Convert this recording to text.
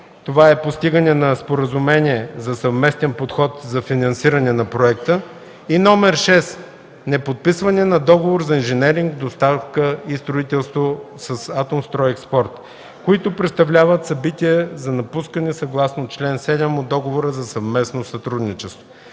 договора – постигане на споразумение за съвместен подход за финансиране на проекта, и № 6 – неподписване на договор за инженеринг, доставка и строителство с АСЕ, които представляват събития за напускане съгласно чл. 7 от Договора за съвместно сътрудничество.